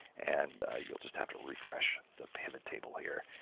and you'll just have to refresh the pivottable here.